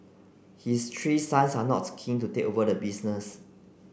his three sons are not keen to take over the business